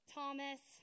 Thomas